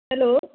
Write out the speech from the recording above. hello